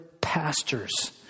pastors